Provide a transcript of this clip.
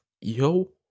yo